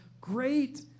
great